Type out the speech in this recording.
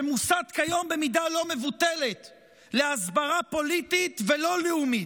שמוסט כיום במידה לא מבוטלת להסברה פוליטית ולא לאומית,